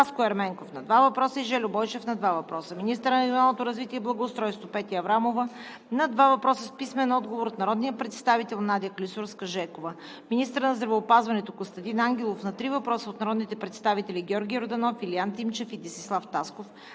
Таско Ерменков – 2 въпроса, и Жельо Бойчев – 2 въпроса; - министърът на регионалното развитие и благоустройството Петя Аврамова – на 2 въпроса с писмен отговор от народния представител Надя Клисурска-Жекова; - министърът на здравеопазването Костадин Ангелов – на 3 въпроса от народните представители Георги Йорданов, Илиян Тимчев и Десислав Тасков